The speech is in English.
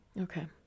Okay